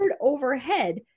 overhead